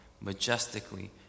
majestically